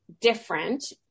different